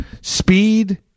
speed